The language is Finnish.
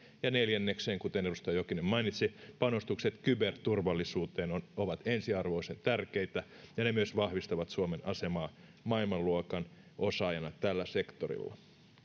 ja neljänneksi kuten edustaja jokinen mainitsi panostukset kyberturvallisuuteen ovat ovat ensiarvoisen tärkeitä ja ne myös vahvistavat suomen asemaa maailmanluokan osaajana tällä sektorilla